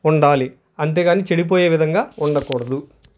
ఉండాలి అంతేగాని చెడిపోయే విధంగా ఉండకూడదు